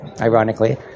ironically